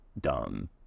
dumb